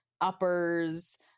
uppers